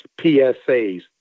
PSAs